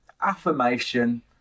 affirmation